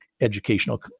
educational